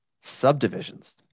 Subdivisions